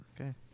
Okay